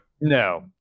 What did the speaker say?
no